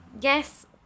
Yes